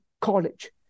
College